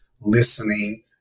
listening